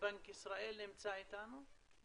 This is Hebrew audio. בנק ישראל, נמצא איתנו?